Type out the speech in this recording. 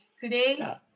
today